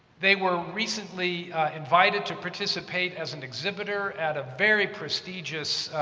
they were recently invited to participate as an exhibitor at a very prestigious